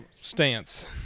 stance